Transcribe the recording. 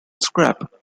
scrap